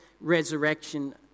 resurrection